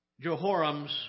Jehoram's